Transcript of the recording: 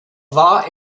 war